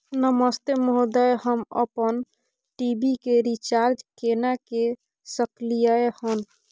नमस्ते महोदय, हम अपन टी.वी के रिचार्ज केना के सकलियै हन?